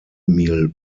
meal